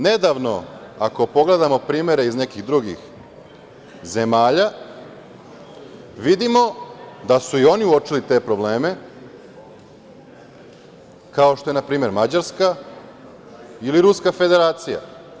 Nedavno, ako pogledamo primere iz nekih drugih zemalja, vidimo da su i oni uočili te probleme, kao što je npr. Mađarska, ili Ruska Federacija.